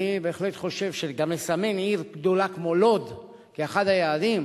אני בהחלט חושב גם שלסמן עיר גדולה כמו לוד כאחד היעדים,